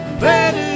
better